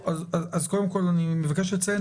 אני מבקש לציין,